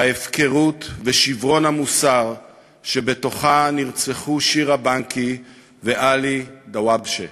ההפקרות ושיברון המוסר שבתוכה נרצחו שירה בנקי ועלי דוואבשה.